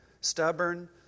stubborn